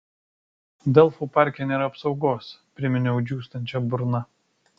delfų parke nėra apsaugos priminiau džiūstančia burna